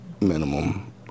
minimum